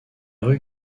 rue